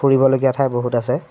ফুৰিবলগীয়া ঠাই বহুত আছে